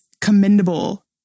commendable